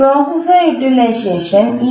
processor utilization E